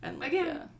Again